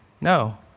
No